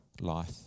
life